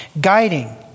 guiding